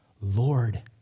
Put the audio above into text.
Lord